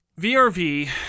VRV